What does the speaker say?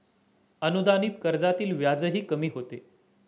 अनुदानित कर्जातील व्याजही कमी होते